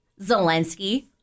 Zelensky